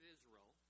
Israel